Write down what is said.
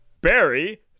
Barry